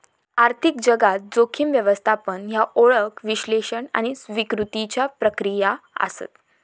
आर्थिक जगात, जोखीम व्यवस्थापन ह्या ओळख, विश्लेषण आणि स्वीकृतीच्या प्रक्रिया आसत